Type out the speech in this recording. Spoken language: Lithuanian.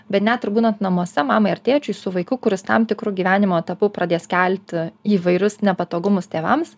bet net ir būnant namuose mamai ar tėčiui su vaiku kuris tam tikru gyvenimo etapu pradės kelti įvairius nepatogumus tėvams